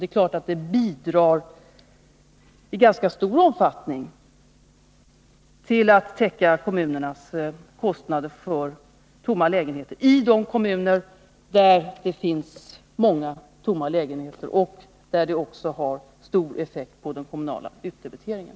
Självfallet bidrar de i ganska stor omfattning till att täcka kommunernas kostnader för tomma lägenheter i de kommuner där det finns många tomma lägenheter och där dessa har stor effekt på den kommunala utdebiteringen.